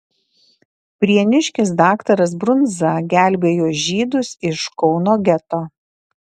prieniškis daktaras brundza gelbėjo žydus iš kauno geto